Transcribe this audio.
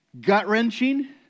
gut-wrenching